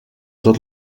tot